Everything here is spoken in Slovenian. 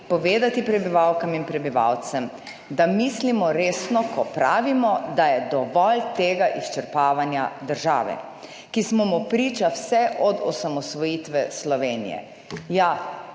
povedati prebivalkam in prebivalcem, da mislimo resno, ko pravimo, da je dovolj tega izčrpavanja države, ki smo mu priča vse od osamosvojitve Slovenije,